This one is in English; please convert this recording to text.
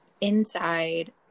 inside